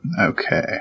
Okay